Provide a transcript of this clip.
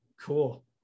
cool